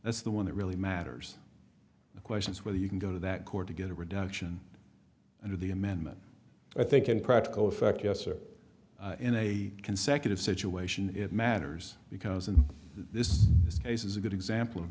that's the one that really matters the question is whether you can go to that court to get a reduction under the amendment i think in practical effect yes or in a consecutive situation it matters because in this this case is a good example of